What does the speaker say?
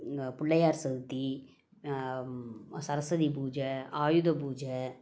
இந்த பிள்ளையார் சதுர்த்தி சரஸ்வதி பூஜை ஆயுத பூஜை